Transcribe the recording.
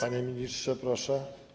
Panie ministrze, proszę.